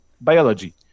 biology